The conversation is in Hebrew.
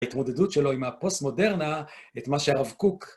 התמודדות שלו עם הפוסט מודרנה, את מה שהרב קוק...